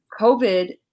COVID